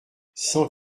cent